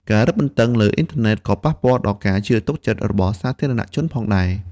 ការរឹតបន្ដឹងលើអ៊ីនធឺណិតក៏ប៉ះពាល់ដល់ការជឿទុកចិត្តរបស់សាធារណៈជនផងដែរ។